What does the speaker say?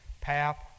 Pap